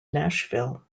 nashville